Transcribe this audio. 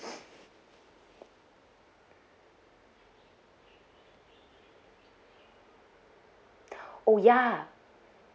oh ya